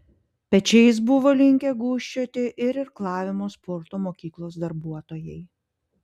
pečiais buvo linkę gūžčioti ir irklavimo sporto mokyklos darbuotojai